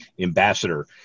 ambassador